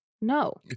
No